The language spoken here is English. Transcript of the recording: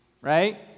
Right